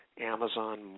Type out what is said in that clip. Amazon